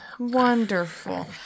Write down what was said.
Wonderful